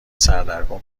سردرگم